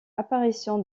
apparition